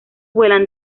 vuelan